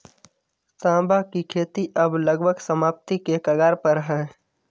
सांवा की खेती अब लगभग समाप्ति के कगार पर है